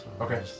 Okay